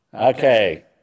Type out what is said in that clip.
okay